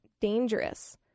dangerous